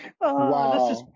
Wow